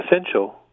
essential